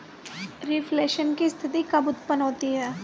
Reflation की स्थिति कब उत्पन्न होती है?